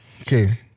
Okay